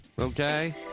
okay